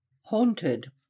Haunted